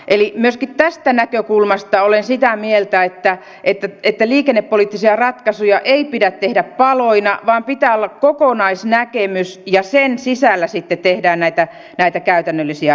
eli myöskin tästä näkökulmasta olen sitä mieltä että liikennepoliittisia ratkaisuja ei pidä tehdä paloina vaan pitää olla kokonaisnäkemys ja sen sisällä sitten tehdään näitä käytännöllisiä ratkaisuja